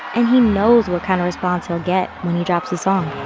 and he knows what kind of response he'll get when he drops the song